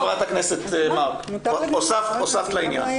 חברת הכנסת מארק, הוספת לעניין.